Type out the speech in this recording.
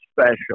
special